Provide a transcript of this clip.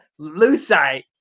lucite